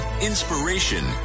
inspiration